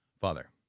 Father